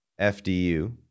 FDU